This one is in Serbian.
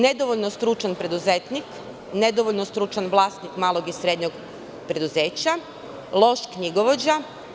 Nedovoljno stručan preduzetnik, nedovoljno stručan vlasnik malog i srednjeg preduzeća, loš knjigovođa.